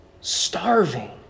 starving